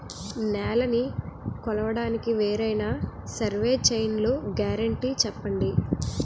నేలనీ కొలవడానికి వేరైన సర్వే చైన్లు గ్యారంటీ చెప్పండి?